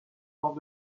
lors